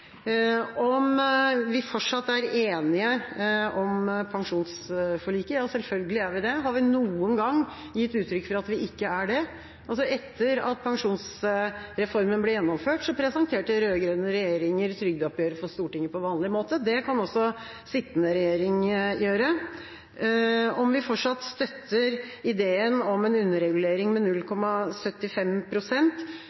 Om vi fortsatt er enige i pensjonsforliket? Ja, selvfølgelig er vi det. Har vi noen gang gitt uttrykk for at vi ikke er det? Etter at pensjonsreformen ble gjennomført, presenterte den rød-grønne regjeringen trygdeoppgjøret for Stortinget på vanlig måte. Det kan også sittende regjering gjøre. Om vi fortsatt støtter ideen om en underregulering